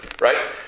right